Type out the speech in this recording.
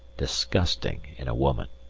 disgusting in a woman.